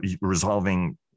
resolving